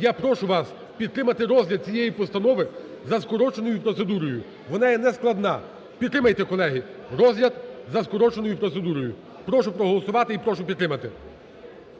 Я прошу вас підтримати розгляд цієї постанови за скороченою процедурою. Вона є нескладна, підтримайте, колеги, розгляд за скороченою процедурою. Прошу проголосувати і прошу підтримати.